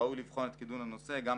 ראוי לבחון את קידום הנושא עם